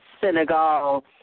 Senegal